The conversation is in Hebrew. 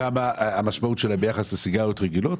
מה המשמעות שלהן ביחס לסיגריות רגילות,